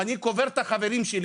אני קובר את החברים שלי,